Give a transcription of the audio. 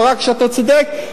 לא רק שאתה צודק,